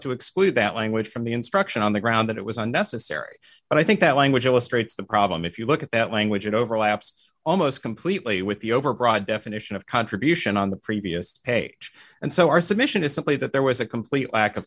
to exclude that language from the instruction on the ground that it was unnecessary and i think that language illustrates the problem if you look at that language it overlaps almost completely with the over broad definition of contribution on the previous page and so our submission is simply that there was a complete lack of